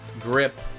grip